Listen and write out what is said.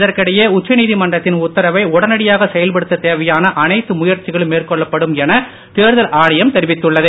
இதற்கிடையே உச்சநீதிமன்றத்தின் உத்தரவை உடனடியாக செயல்படுத்த தேவையான அனைத்து முயற்சிகளும் மேற்கொள்ளப்படும் என தேர்தல் ஆணையம் தெரிவித்துள்ளது